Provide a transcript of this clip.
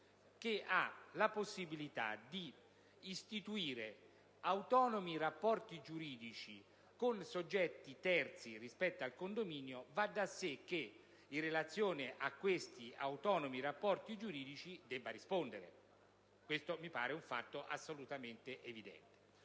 che ha la possibilità di istituire autonomi rapporti giuridici con soggetti terzi rispetto al condominio, va da sé che in relazione a questi autonomi rapporti giuridici esso debba rispondere: mi pare un fatto assolutamente evidente.